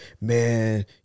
man